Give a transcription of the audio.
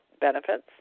benefits